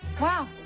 wow